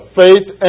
faith